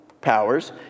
powers